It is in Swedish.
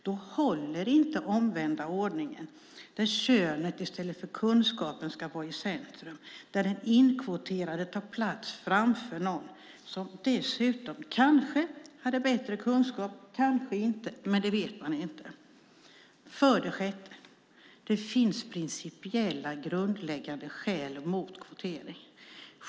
Då håller inte den omvända ordningen där könet i stället för kunskapen ska vara i centrum, där den inkvoterade tar plats framför någon som dessutom kanske, kanske inte, hade bättre kunskap, men det vet man inte. För det sjätte finns det principiella grundläggande skäl mot kvotering.